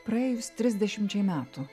praėjus trisdešimčiai metų